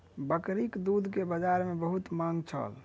बकरीक दूध के बजार में बहुत मांग छल